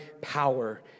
power